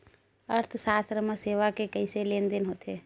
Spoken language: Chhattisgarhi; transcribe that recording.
अर्थशास्त्र मा सेवा के कइसे लेनदेन होथे?